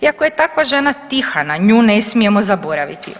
I ako je takva žena tiha, na nju ne smijemo zaboraviti.